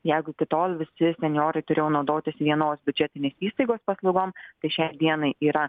jeigu iki tol visi senjorai turėjo naudotis vienos biudžetinės įstaigos paslaugom tai šiai dienai yra